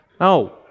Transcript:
No